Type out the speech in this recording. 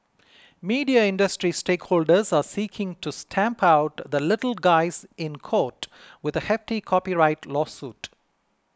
media industry stakeholders are seeking to stamp out the little guys in court with a hefty copyright lawsuit